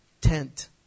tent